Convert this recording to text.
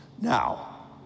Now